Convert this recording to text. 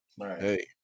hey